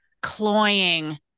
cloying